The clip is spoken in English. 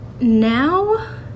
now